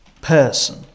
person